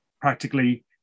practically